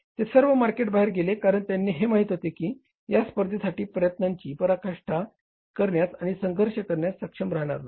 ते सर्व मार्केटबाहेर गेले कारण त्यांना हे माहित होते की या स्पर्धेसाठी प्रयत्नांची पराकाष्ठा करण्यास आणि संघर्ष करण्यास सक्षम राहणार नाही